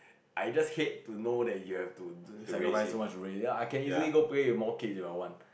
I just hate to know that you have to sacrifice so much already I can easily go play with more kids if I want